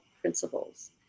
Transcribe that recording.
principles